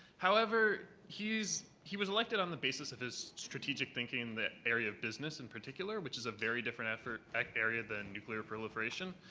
however, he was elected on the basis of his strategic thinking in the area of business, in particular, which is a very different different area than nuclear proliferation.